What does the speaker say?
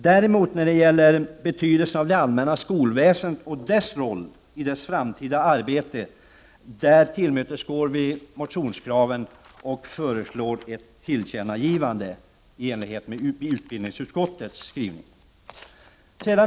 Däremot vill vi när det gäller betydelsen av det allmänna skolväsendet och dess roll i det framtida arbetet tillmötesgå motionskraven, och vi föreslår ett tillkännagivande i enlighet med utbildningsutskottets skrivning.